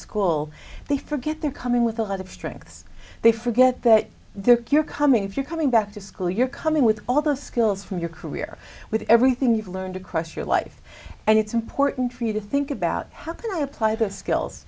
school they forget they're coming with a lot of strengths they forget that their cure coming if you're coming back to school you're coming with all the skills from your career with everything you've learned across your life and it's important for you to think about how i apply the skills